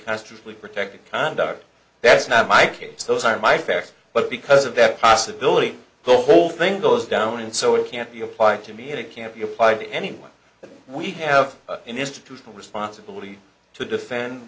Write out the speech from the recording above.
constitutionally protected conduct that's not my case those are my facts but because of that possibility the whole thing goes down and so it can't be applied to me and it can't be applied to anyone that we have an institutional responsibility to defend